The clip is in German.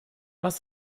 was